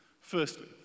Firstly